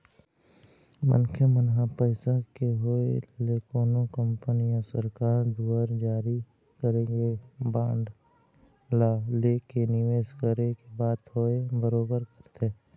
मनखे मन ह पइसा के होय ले कोनो कंपनी या सरकार दुवार जारी करे गे बांड ला लेके निवेस करे के बात होवय बरोबर करथे